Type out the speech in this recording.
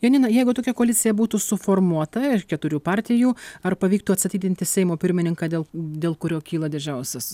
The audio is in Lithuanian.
janinai tokia koalicija būtų suformuota ir keturių partijų ar pavyktų atstatydinti seimo pirmininką dėl dėl kurio kyla didžiausias